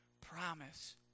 promise